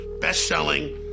best-selling